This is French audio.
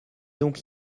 donc